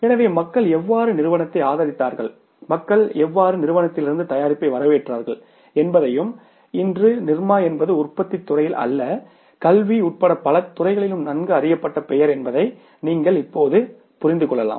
எனவே மக்கள் எவ்வாறு நிறுவனத்தை ஆதரித்தார்கள் மக்கள் எவ்வாறு நிறுவனத்திலிருந்து தயாரிப்பை வரவேற்றார்கள் என்பதையும் இன்று நிர்மா என்பது உற்பத்தித் துறையில் அல்ல கல்வி உட்பட பல துறைகளிலும் நன்கு அறியப்பட்ட பெயர் என்பதை நீங்கள் இப்போது புரிந்து கொள்ளலாம்